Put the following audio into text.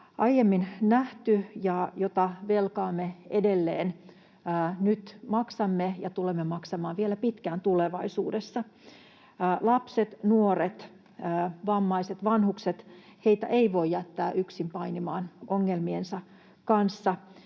aiemmin nähty ja jota velkaa me edelleen nyt maksamme ja tulemme maksamaan vielä pitkään tulevaisuudessa. Lapsia, nuoria, vammaisia ja vanhuksia ei voi jättää yksin painimaan ongelmiensa kanssa.